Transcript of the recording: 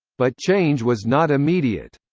but change was not immediate.